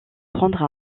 prendre